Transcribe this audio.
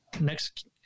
Next